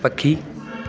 पखी